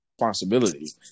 responsibility